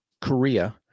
Korea